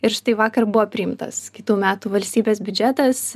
ir štai vakar buvo priimtas kitų metų valstybės biudžetas